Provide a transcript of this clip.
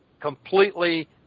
completely